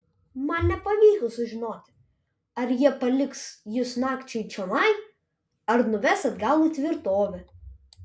man nepavyko sužinoti ar jie paliks jus nakčiai čionai ar nuves atgal į tvirtovę